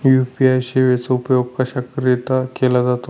UPI सेवेचा उपयोग कशाकरीता केला जातो?